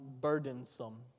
burdensome